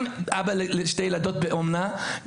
גם אבא לשתי ילדות באומנה,